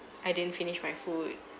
I didn't finish my food